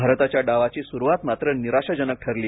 भारताच्या डावाची सुरुवात मात्र निराशाजनक ठरली